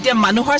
yeah minute